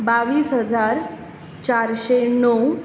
बावीस हजार चारशें णव